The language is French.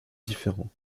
différents